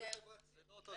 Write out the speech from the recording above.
בחברת שיח.